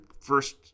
first –